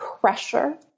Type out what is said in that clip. Pressure